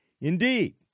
Indeed